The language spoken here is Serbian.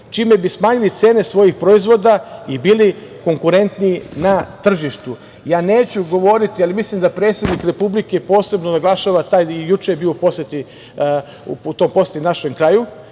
čime bi smanjili cene svojih proizvoda i bili konkurentniji na tržištu. Neću govoriti, ali mislim da predsednik Republike posebno naglašava, juče je bio u poseti našem kraju